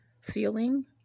feeling